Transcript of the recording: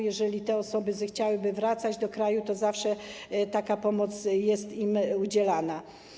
Jeżeli te osoby zechciałyby wracać do kraju, to zawsze taka pomoc będzie im udzielana.